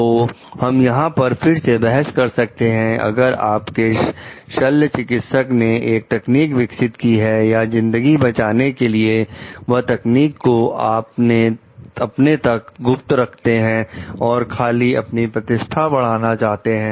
तो हम यहां पर फिर से बहस कर सकते हैं अगर आपके शल्य चिकित्सक ने एक तकनीक विकसित की है या जिंदगी बचाने के लिए वह तकनीक को अपने तक गुप्त रखते हैं और खाली अपनी प्रतिष्ठा बढ़ाना चाहते हैं